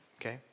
Okay